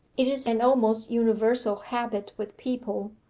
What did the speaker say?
it is an almost universal habit with people,